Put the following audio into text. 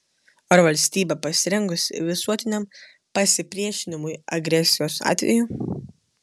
ar valstybė pasirengusi visuotiniam pasipriešinimui agresijos atveju